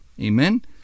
Amen